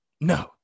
No